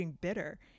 Bitter